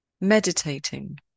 Meditating